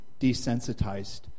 desensitized